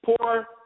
poor